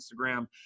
instagram